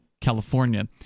california